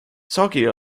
saagi